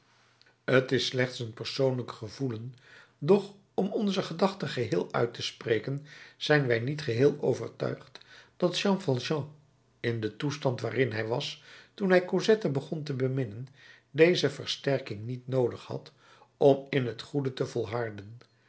t is slechts een persoonlijk gevoelen doch om onze gedachte geheel uit te spreken zijn wij niet geheel overtuigd dat jean valjean in den toestand waarin hij was toen hij cosette begon te beminnen deze versterking niet noodig had om in het goede te volharden